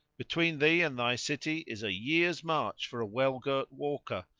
between thee and thy city is a year's march for a well girt walker,